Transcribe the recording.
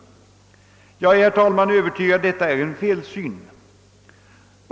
Jag är, herr talman, övertygad om att detta är en felsyn.